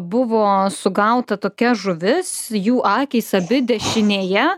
buvo sugauta tokia žuvis jų akys abi dešinėje